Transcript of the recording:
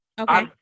Okay